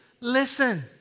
Listen